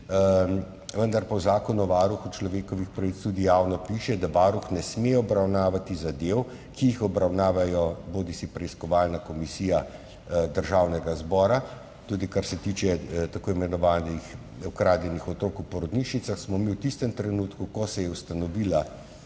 Vendar pa v Zakonu o varuhu človekovih pravic tudi javno piše, da Varuh ne sme obravnavati zadev, ki jih obravnava preiskovalna komisija Državnega zbora. Tudi kar se tiče tako imenovanih ukradenih otrok v porodnišnicah, smo mi v tistem trenutku, ko se je ustanovila